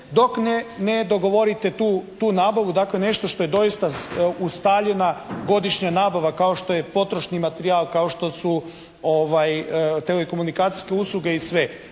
dok ne dogovorite tu nabavu, dakle nešto što je doista ustaljena godišnja nabava kao što je potrošni materijal, kao što su telekomunikacijske usluge i sve,